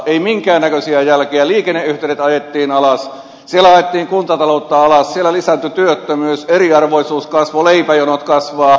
ei minkään näköisiä jälkiä liikenneyhteydet ajettiin alas siellä ajettiin kuntataloutta alas siellä lisääntyi työttömyys eriarvoisuus kasvoi leipäjonot kasvavat